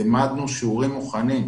והעמדנו שיעורים מוכנים,